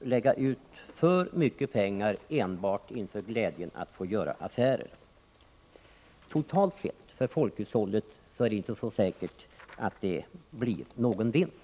lägga ut så mycket pengar enbart i glädjen att få göra affärer. Totalt sett för folkhushållet är det inte så säkert att det blir någon vinst.